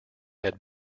had